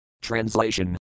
Translation